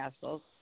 Castles